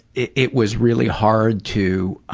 it it was really hard to